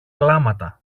κλάματα